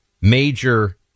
major